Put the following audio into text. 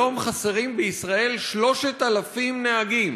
היום חסרים בישראל 3,000 נהגים.